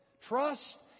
Trust